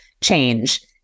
change